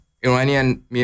Iranian